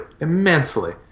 immensely